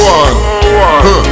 one